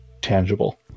tangible